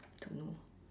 don't know